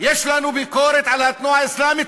יש לנו ביקורת על התנועה האסלאמית,